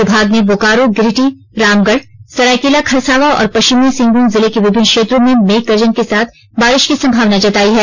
विभाग ने बोकारो गिरिडीह रामगढ़ सरायकेला खरसावां और पश्चिमी सिंहभूम जिले के विभिन्न क्षेत्रों में मेघ गर्जन के साथ बारिश की संभावना जतायी है